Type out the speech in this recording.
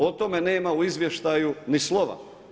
O tome nema iz izvještaju ni slova.